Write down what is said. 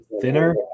thinner